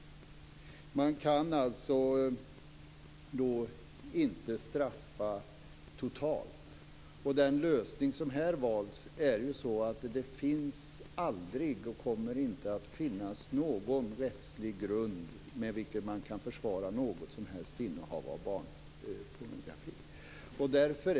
Man kan då alltså inte straffa totalt. Den lösning som här har valts innebär att det inte finns och aldrig kommer att finnas någon rättslig grund med vilken man kan försvara något som helst innehav av barnpornografi.